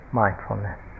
mindfulness